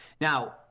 Now